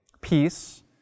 peace